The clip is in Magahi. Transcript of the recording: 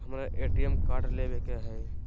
हमारा ए.टी.एम कार्ड लेव के हई